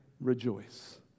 rejoice